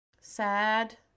sad